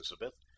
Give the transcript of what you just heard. Elizabeth